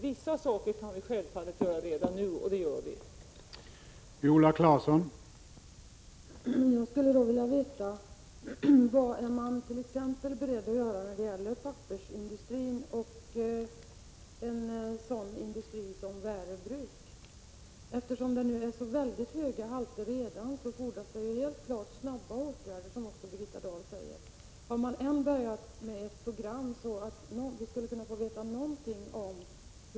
Vissa åtgärder kan vi självfallet vidta redan nu, och dessa vidtar vi också.